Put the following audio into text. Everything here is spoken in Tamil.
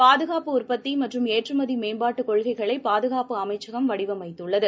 பாதுகாப்பு உற்பத்திமற்றும் ஏற்றுமதிமேம்பாட்டுகொள்கைளைபாதுகாப்பு அமைச்சகம் வடிவமைத்துள்ளது